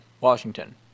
Washington